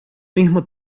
mismo